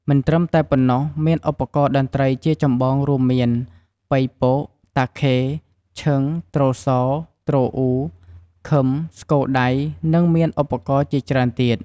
មិនត្រឺមតែប៉ុណ្ណោះមានឧបករណ៍តន្ត្រីជាចម្បងរួមមាន បុីពក តាខេ ឈឺង ទ្រសោ ទ្រអ៊ូ ឃឺម ស្គរដៃ និងមានឧបករណ៍ជាច្រើនទៀត។